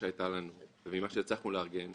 ההשפעה של המכללות, כמו השפעות של מבחנים חוזרים.